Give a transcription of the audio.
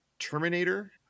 terminator